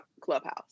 clubhouse